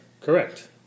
Correct